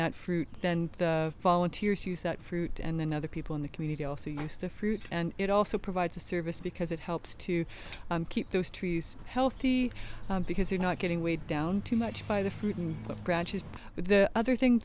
that fruit then the volunteers use that fruit and then other people in the community also use the fruit and it also provides a service because it helps to keep those trees healthy because they're not getting weighed down too much by the fruit and the other thing